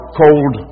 cold